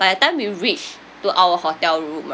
by the time we reached to our hotel room